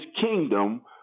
kingdom